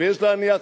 יש להניח,